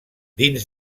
dins